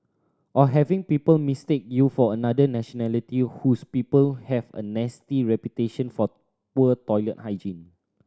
or having people mistake you for another nationality whose people have a nasty reputation for poor toilet hygiene